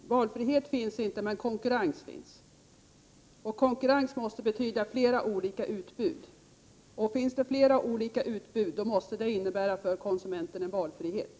Herr talman! ”Valfrihet” finns inte, men ”konkurrens” finns, och konkurrens måste betyda flera olika utbud. Finns det flera olika utbud, måste det innebära valfrihet för konsumenten.